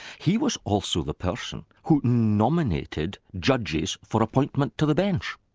he was also the person who nominated judges for appointment to the bench.